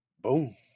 boom